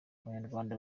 abanyarwanda